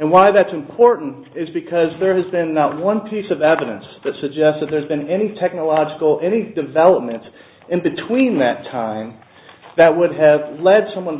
and why that's important is because there has been not one piece of evidence to suggest that there's been any technological any developments in between that time that would have led someone